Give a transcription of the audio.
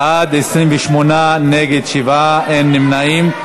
בעד, 28, נגד, 7, אין נמנעים.